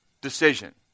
decision